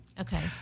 Okay